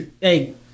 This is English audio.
Hey